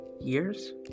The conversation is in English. years